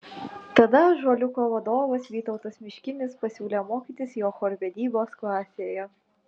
tada ąžuoliuko vadovas vytautas miškinis pasiūlė mokytis jo chorvedybos klasėje